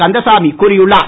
கந்தசாமி கூறியுள்ளார்